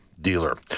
dealer